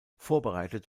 vorbereitet